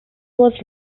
was